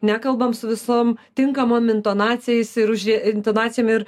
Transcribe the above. nekalbam su visom tinkamam intonacijais ir už intonacijom ir